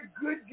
good